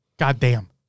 Goddamn